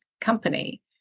company